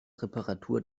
reparatur